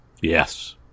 Yes